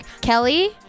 kelly